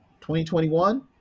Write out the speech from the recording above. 2021